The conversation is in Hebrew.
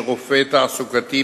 של רופא תעסוקתי,